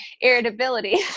irritability